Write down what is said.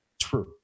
true